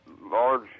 large